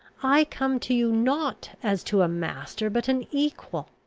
i come to you, not as to a master, but an equal.